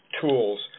tools